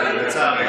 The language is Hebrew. בסדר.